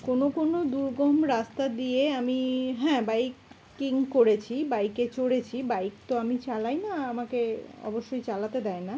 কোনো কোনো দুর্গম রাস্তা দিয়ে আমি হ্যাঁ বাইকিং করেছি বাইকে চড়েছি বাইক তো আমি চালাই না আমাকে অবশ্যই চালাতে দেয় না